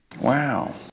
Wow